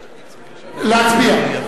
להצביע.